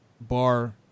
bar